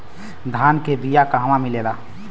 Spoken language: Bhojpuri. धान के बिया कहवा मिलेला?